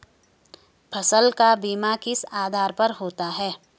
फसल का बीमा किस आधार पर होता है?